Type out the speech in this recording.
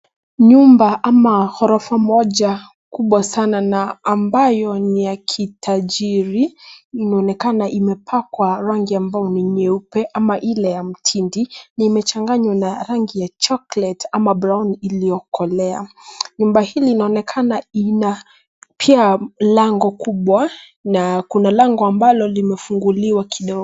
Nyumba ama ghorofa moja kubwa sana na ambayo ni ya kitajiri inaonekana imepakwa rangi ambayo ni nyeupe ama ile ya mtindi na imechanganywa na rangi ya chocolate ama brown iliyokolea. Nyumba hili inaonekana ina pia lango kubwa na kuna lango ambalo limefunguliwa kidogo.